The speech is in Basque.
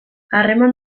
harreman